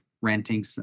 renting